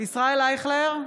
ישראל אייכלר,